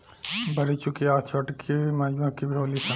बरेचुकी आ छोटीचुकी मधुमक्खी भी होली सन